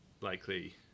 likely